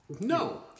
No